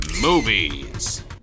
Movies